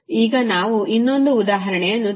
ಈಗ ನಾವು ಇನ್ನೊಂದು ಉದಾಹರಣೆಯನ್ನು ತೆಗೆದುಕೊಳ್ಳೋಣ